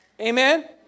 Amen